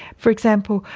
for example,